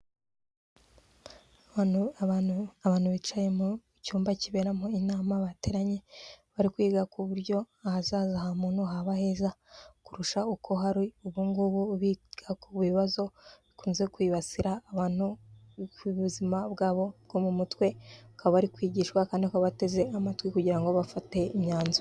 Abantu abantu abantu bicaye mu cyumba kiberamo inama bateranye bari kwiga ku buryo ahazaza ha muntu haba heza kurusha uko hari ubu ngubu biga ku bibazo bikunze kwibasira abantu ku buzima bwabo bwo mu mutwe bakaba bari kwigishwa kandi bakaba bateze amatwi kugira ngo bafate imyanzuro.